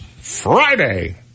Friday